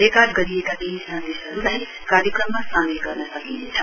record गरिएका केही सन्देशहरूलाई कार्यक्रममा सामेल गर्न सकिनेछ